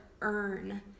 earn